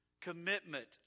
Commitment